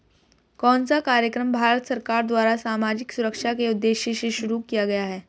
कौन सा कार्यक्रम भारत सरकार द्वारा सामाजिक सुरक्षा के उद्देश्य से शुरू किया गया है?